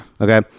okay